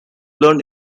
learn